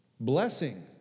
Blessing